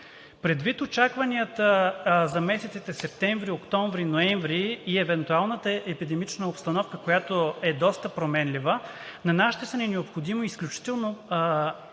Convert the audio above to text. Предвид очакванията за месеците септември, октомври, ноември и евентуалната епидемична обстановка, която е доста променлива, на нас ще са ни необходими изключителни